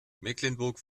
mecklenburg